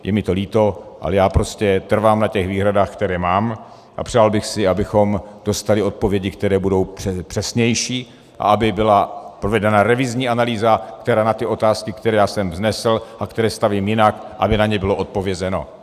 Je mi to líto, ale já prostě trvám na těch výhradách, které mám, a přál bych si, abychom dostali odpovědi, které budou přesnější, a aby byla provedena revizní analýza, která na ty otázky, které já jsem vznesl a které stavím jinak, aby na ně bylo odpovězeno.